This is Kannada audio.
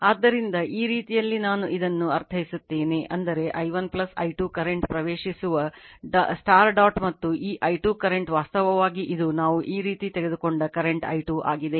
ಆದ್ದರಿಂದ ಈ ರೀತಿಯಲ್ಲಿ ನಾನು ಇದನ್ನು ಅರ್ಥೈಸುತ್ತೇನೆ ಅಂದರೆ i1 i2 ಕರೆಂಟ್ ಪ್ರವೇಶಿಸುವ ಡಾಟ್ ಮತ್ತು ಈ i2 ಕರೆಂಟ್ ವಾಸ್ತವವಾಗಿ ಇದು ನಾವು ಈ ರೀತಿ ತೆಗೆದುಕೊಂಡ ಕರೆಂಟ್ i2 ಆಗಿದೆ